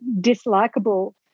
dislikable